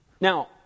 Now